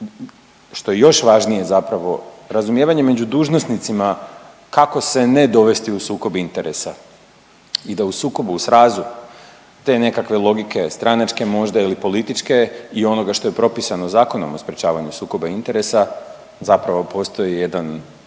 što je još važnije zapravo, razumijevanje među dužnosnicima kako se ne dovesti u sukob interesa i da u sukobu u srazu te nekakve logike stranačke možda ili političke i onoga što je propisano Zakonom o sprječavanju sukoba interesa zapravo postoji jedan